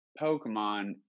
Pokemon